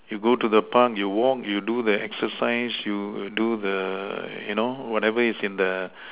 you go to the Park you walk you do the exercise you do the you know whatever's in the